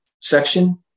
section